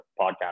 podcast